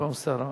במקום שר הפנים.